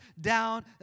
down